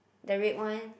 the red one